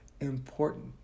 important